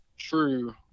true